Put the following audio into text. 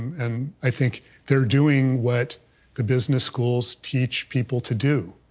and i think they're doing what the business schools teach people to do,